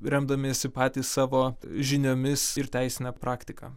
remdamiesi patys savo žiniomis ir teisine praktika